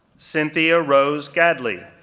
cynthia rose gadley,